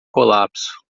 colapso